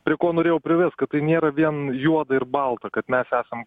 prie ko norėjau privest kad tai nėra vien juoda ir balta kad mes esam